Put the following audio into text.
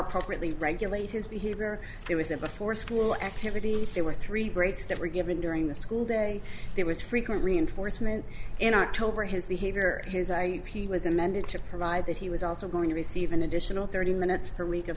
appropriately regulate his behavior it was a before school activity there were three breaks that were given during the school day there was frequent reinforcement in october his behavior his eye he was amended to provide that he was also going to receive an additional thirty minutes per week of